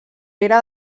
pere